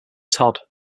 todd